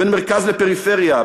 בין מרכז לפריפריה,